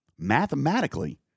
mathematically